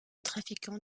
trafiquants